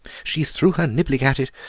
she threw her niblick at it,